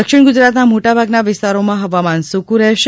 દક્ષિણ ગુજરાતના મોટાભાગના વિસ્તારોમાં હવામાન સુક્ર રહેશે